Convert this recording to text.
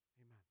Amen